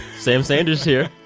sam sanders here,